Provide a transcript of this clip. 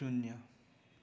शून्य